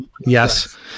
Yes